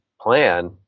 plan